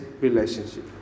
relationship